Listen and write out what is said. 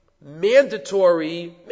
mandatory